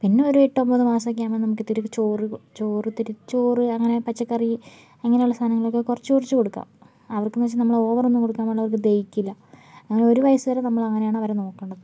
പിന്നെ ഒരു എട്ട് ഒൻപത് മാസം ഒക്കെ ആകുമ്പോൾ നമുക്ക് ഇത്തിരി ചോറ് ചോറ് ഇത്തിരി ചോറ് അങ്ങനെ പച്ചക്കറി അങ്ങനെയുള്ള സാധനകളൊക്കെ കുറച്ച് കുറച്ച് കൊടുക്കാം അവർക്കെന്ന് വെച്ചാൽ നമ്മൾ ഓവർ ഒന്നും കൊടുക്കാൻ പാടില്ല അവർക്ക് ദഹിക്കില്ല അങ്ങനെ ഒരു വയസ്സ് വരെ നമ്മൾ അങ്ങനെയാണ് അവരെ നോക്കേണ്ടത്